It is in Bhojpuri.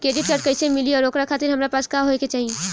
क्रेडिट कार्ड कैसे मिली और ओकरा खातिर हमरा पास का होए के चाहि?